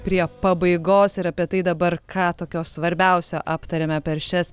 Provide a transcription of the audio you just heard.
prie pabaigos ir apie tai dabar ką tokio svarbiausio aptarėme per šias